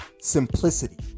simplicity